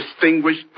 distinguished